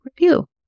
review